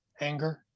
anger